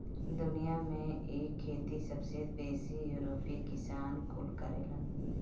दुनिया में इ खेती सबसे बेसी यूरोपीय किसान कुल करेलन